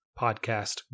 podcast